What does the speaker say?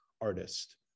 artist